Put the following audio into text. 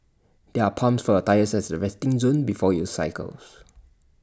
there are pumps for A tyres at the resting zone before you cycle